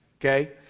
Okay